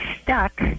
stuck